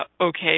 Okay